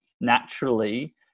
Naturally